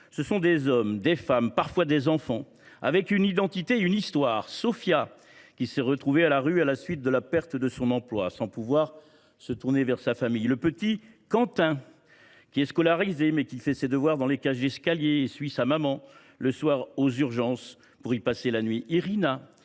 ce sont des hommes, des femmes, parfois des enfants, avec une identité et une histoire : Sofia, qui s’est retrouvée à la rue à la suite de la perte de son emploi, sans pouvoir se tourner vers sa famille ; le petit Quentin, qui est scolarisé, mais fait ses devoirs dans les cages d’escalier, et suit sa mère aux urgences le soir pour y passer la nuit